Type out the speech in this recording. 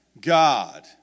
God